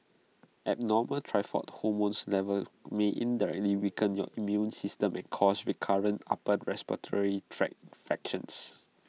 abnormal thyroid hormone levels may indirectly weaken your immune system and cause recurrent upper respiratory tract infections